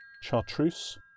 Chartreuse